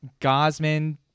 Gosman